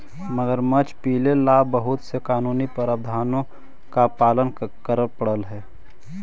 मगरमच्छ पीले ला बहुत से कानूनी प्रावधानों का पालन करे पडा हई